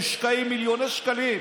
ומושקעים מיליוני שקלים,